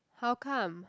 how come